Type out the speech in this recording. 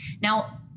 Now